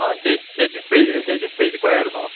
ആ ചേച്ചി സ്പേ ചേച്ചി സ്പേസിൽ പോയായിരുന്നോ